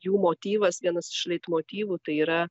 jų motyvas vienas iš leitmotyvų tai yra